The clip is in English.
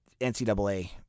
NCAA